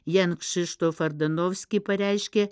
jan kšištof ardunovski pareiškė